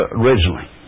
originally